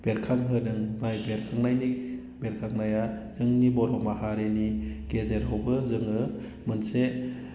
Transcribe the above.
बेरखांहोदों ओमफ्राय बेरखांनाया जोंनि बर' माहारिनि गेजेरावबो जोङो मोनसे